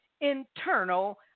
internal